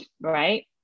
right